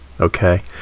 Okay